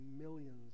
millions